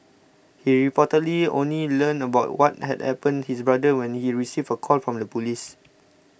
he reportedly only learned about what had happened to his brother when he received a call from the police